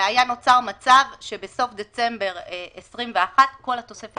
היה נוצר מצב שבסוף דצמבר 21 כל התוספת